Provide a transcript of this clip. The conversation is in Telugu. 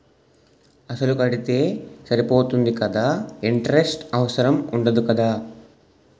అసలు కడితే సరిపోతుంది కదా ఇంటరెస్ట్ అవసరం ఉండదు కదా?